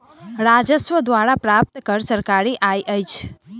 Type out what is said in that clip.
राजस्व द्वारा प्राप्त कर सरकारी आय अछि